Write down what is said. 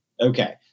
Okay